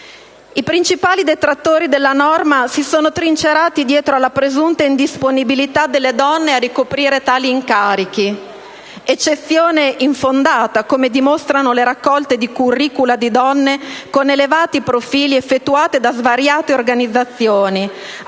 I principali detrattori della norma si sono trincerati dietro la presunta indisponibilità delle donne a ricoprire tali incarichi. Eccezione infondata, come dimostrano le raccolte di *curricula* di donne con elevati profili effettuate da svariate organizzazioni,